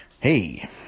Hey